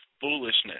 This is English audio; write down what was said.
foolishness